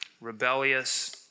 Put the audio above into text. rebellious